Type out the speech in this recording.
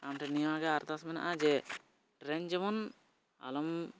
ᱟᱢ ᱴᱷᱮᱱ ᱱᱤᱭᱟᱹᱜᱮ ᱟᱨᱫᱟᱥ ᱢᱮᱱᱟᱜᱼᱟ ᱡᱮ ᱴᱨᱮᱱ ᱡᱮᱢᱚᱱ ᱟᱞᱚᱢ